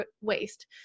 waste